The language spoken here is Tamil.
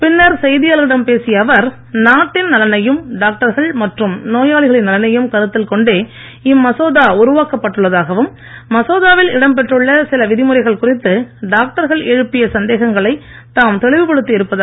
பின்னர் செய்தியாளர்களிடம் பேசிய அவர் நாட்டின் நலனையும் டாக்டர்கள் மற்றும் நோயாளிகளின் நலனையும் கருத்தில் கொண்டே இம்மசோதா உருவாக்கப் பட்டுள்ளதாகவும் மசோதாவில் இடம்பெற்றுள்ள சில விதிமுறைகள் குறித்து டாக்டர்கள் எழுப்பிய சந்தேகங்களை தாம் தெளிவுபடுத்தி இருப்பதாகவும் கூறினார்